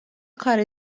کار